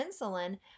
insulin